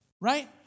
right